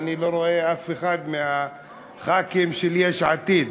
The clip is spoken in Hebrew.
ואני לא רואה אף אחד מחברי הכנסת של יש עתיד.